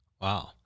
Wow